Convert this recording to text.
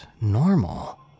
normal